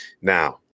Now